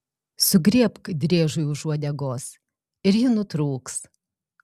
sugriebk driežui už uodegos ir ji nutrūks